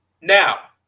Now